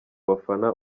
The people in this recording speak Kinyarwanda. bafana